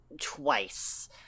twice